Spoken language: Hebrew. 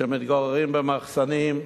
שמתגוררים במחסנים,